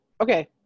Okay